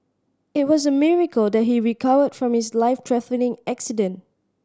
it was a miracle that he recovered from his life threatening accident